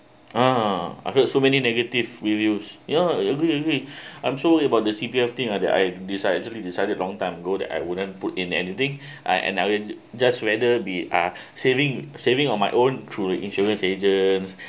ah I heard so many negative reviews ya agree agree I'm sure about the C_P_F thing uh that I decide actually decided long time ago that I wouldn't put in anything I and I will just rather be uh saving saving on my own through insurance agents